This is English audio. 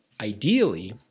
Ideally